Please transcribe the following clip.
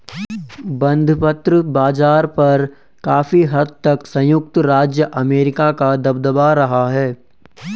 बंधपत्र बाज़ार पर काफी हद तक संयुक्त राज्य अमेरिका का दबदबा रहा है